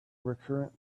recurrent